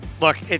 Look